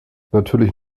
natürlich